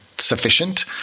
sufficient